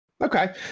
Okay